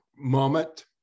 moment